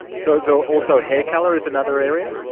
so so, also hair colour is another area?